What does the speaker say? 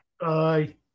Aye